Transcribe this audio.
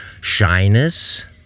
shyness